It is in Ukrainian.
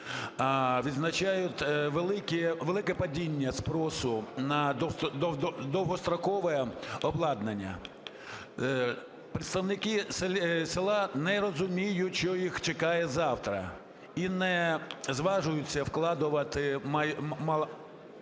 відзначають велике падіння спросу на довгострокове обладнання. Представники села не розуміють, що їх чекає завтра, і не зважуються вкладувати майже